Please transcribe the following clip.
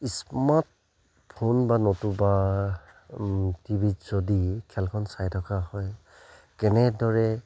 smartphone বা নতুবা টি ভিত যদি খেলখন চাই থকা হয় কেনেদৰে